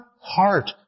heart